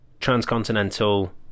transcontinental